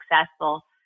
successful